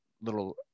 little